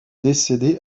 décédé